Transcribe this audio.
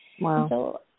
Wow